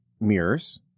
mirrors